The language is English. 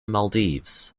maldives